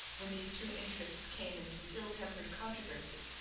when these two interests came into ill-tempered controversy,